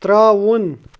ترٛاوُن